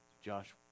Josh